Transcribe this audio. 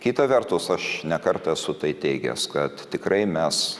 kita vertus aš ne kartą esu tai teigęs kad tikrai mes